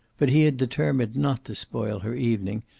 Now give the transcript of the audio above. but he had determined not to spoil her evening,